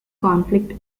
conflict